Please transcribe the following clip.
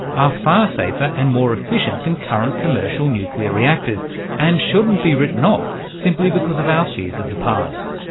are far safer and more efficient than current commercial nuclear reactors and shouldn't be written off simply because of our fears of the past.